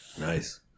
Nice